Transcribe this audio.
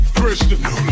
Christian